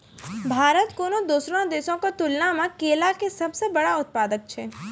भारत कोनो दोसरो देशो के तुलना मे केला के सभ से बड़का उत्पादक छै